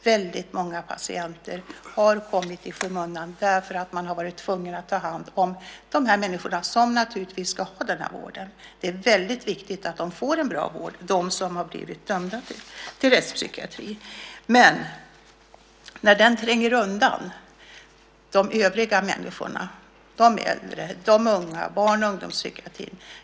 Väldigt många patienter har hamnat i skymundan eftersom man i stället varit tvungen att ta hand om dessa människor - som naturligtvis också ska ha den vården. Det är väldigt viktigt att de som blivit dömda till rättspsykiatrisk vård får en bra vård. Men det förekommer att den tränger undan vård för andra människor - de äldre och de unga.